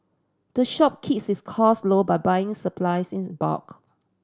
the shop its costs low by buying its supplies in bulk